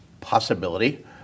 possibility